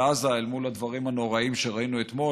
עזה אל מול הדברים הנוראיים שראינו אתמול,